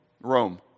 Rome